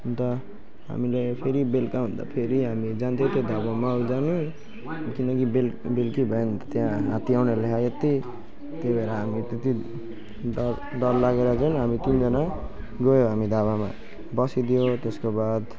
अन्त हामीले फेरि बेलुका हुँदा फेरि हामी जाँदै त्यो ढाबामा जानु किनकि बेल बेलुकी भयो भने त त्यहाँ हात्ती आउनेहरूले हा यत्ति त्यो भएर हामी त्यत्ति ड डर लागेर चाहिँ नि हामी तिनजना गयौँ हामी ढाबामा बसिदियौँ त्यसको बाद